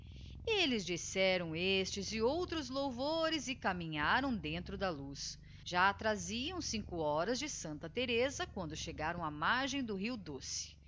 elles disseram estes e outros louvores e caminharam dentro da luz já traziam cinco horas de santa thereza quando chegaram á margem do rio